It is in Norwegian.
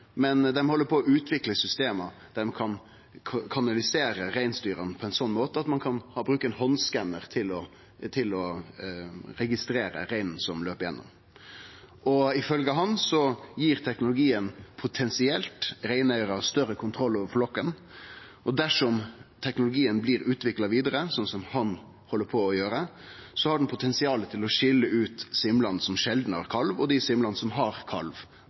men dei held på å utvikle system der ein kan kanalisere reinsdyra på ein slik måte at ein kan ta i bruk ein handskannar til å registrere reinen som løper gjennom. Ifølgje han gir teknologien potensielt reineigarar større kontroll over flokken, og dersom teknologien blir utvikla vidare, slik han held på å gjere, har den potensial til å skilje ut simlene som sjeldan har kalv, og dei simlene som har kalv